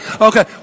Okay